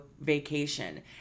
vacation